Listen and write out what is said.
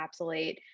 encapsulate